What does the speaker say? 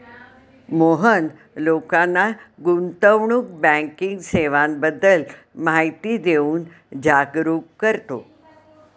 मोहन लोकांना गुंतवणूक बँकिंग सेवांबद्दल माहिती देऊन जागरुक करतो